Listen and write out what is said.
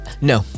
No